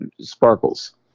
sparkles